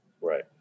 Right